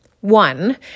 one